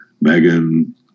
Megan